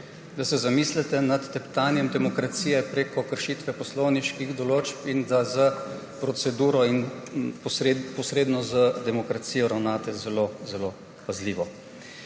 da se zamislite nad teptanjem demokracije prek kršitve poslovniških določb in da s proceduro in posredno z demokracijo ravnate zelo zelo pazljivo.